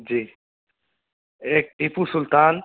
جی ایک ٹیپو سلطان